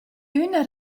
üna